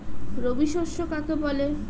রবি শস্য কাকে বলে?